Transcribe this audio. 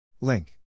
Link